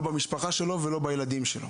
לא במשפחה שלו ולא בילדים שלו.